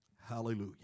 Hallelujah